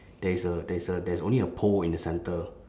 there is a there is a there is only a pole in the centre